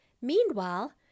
Meanwhile